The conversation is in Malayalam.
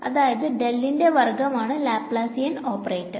അതായത് ഡെൽ ന്റെ വർഗം ആണ് ലാപ്ലാസിയൻ ഓപ്പറേറ്റർ